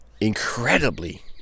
incredibly